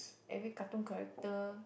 every cartoon character